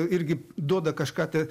irgi duoda kažką ta